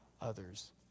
others